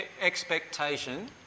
expectation